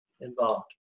involved